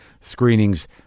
screenings